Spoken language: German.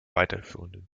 weiterführenden